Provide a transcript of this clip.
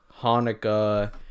hanukkah